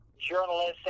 journalists